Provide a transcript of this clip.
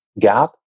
gap